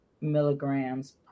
milligrams